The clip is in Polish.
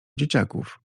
dzieciaków